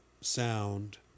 sound